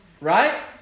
right